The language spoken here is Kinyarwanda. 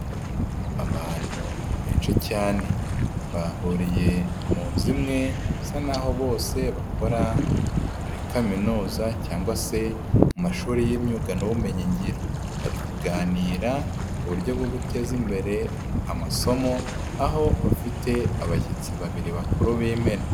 Abantu benshi cyane bahuriye mu nzu imwe bisa naho bose bakora muri kaminuza cyangwa se mu mashuri y'imyuga n'ubumenyingiro, bari kuganira ku buryo bwo guteza imbere amasomo aho bafite abashyitsi babiri bakuru b'imena.